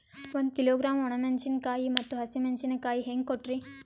ಒಂದ ಕಿಲೋಗ್ರಾಂ, ಒಣ ಮೇಣಶೀಕಾಯಿ ಮತ್ತ ಹಸಿ ಮೇಣಶೀಕಾಯಿ ಹೆಂಗ ಕೊಟ್ರಿ?